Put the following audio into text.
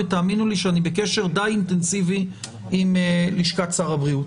ותאמינו לי שאני בקשר די אינטנסיבי עם לשכת שר הבריאות,